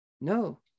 No